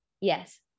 Yes